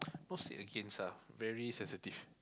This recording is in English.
not said against ah very sensitive